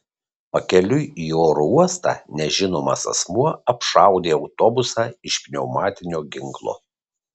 pakeliui į oro uostą nežinomas asmuo apšaudė autobusą iš pneumatinio ginklo